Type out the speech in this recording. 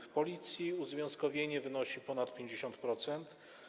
W Policji uzwiązkowienie wynosi ponad 50%.